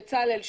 בצלאל,